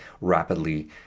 rapidly